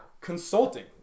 consulting